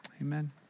Amen